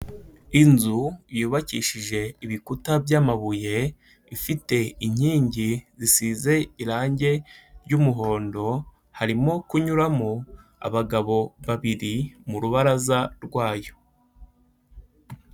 Inzu yubakishije ibikuta by'amabuye, ifite inkingi zisize irange ry'umuhondo, harimo kunyuramo abagabo babiri, mu rubaraza rwayo.